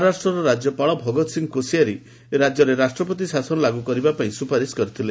ମହାରାଷ୍ଟ୍ରର ରାଜ୍ୟପାଳ ଭଗତସିଂହ କୋସିଆରୀ ରାଜ୍ୟରେ ରାଷ୍ଟ୍ରପତି ଶାସନ ଲାଗୁ କରିବା ପାଇଁ ସୁପାରିଶ କରିଥିଲେ